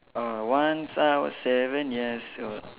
uh once I was seven years old